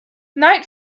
night